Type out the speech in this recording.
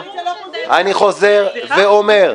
אני חוזר ואומר ----- סליחה?